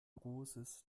großes